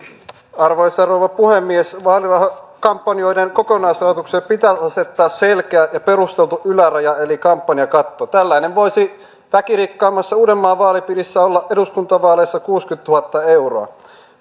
arvoisa rouva puhemies vaalikampanjoiden kokonaisrahoitukseen pitäisi asettaa selkeä ja perusteltu yläraja eli kampanjakatto tällainen voisi väkirikkaimmassa uudenmaan vaalipiirissä olla eduskuntavaaleissa kuusikymmentätuhatta euroa